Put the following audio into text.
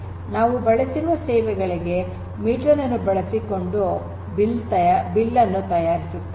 ನಾವು ಬಳಸಿರುವ ಸೇವೆಗಳಿಗೆ ಮೀಟರ್ ನನ್ನು ಬಳಸಿಕೊಂಡು ಬಿಲ್ ಅನ್ನು ತಯಾರಿಸಲಾಗುತ್ತದೆ